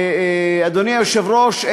אדוני היושב-ראש,